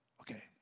Okay